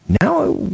Now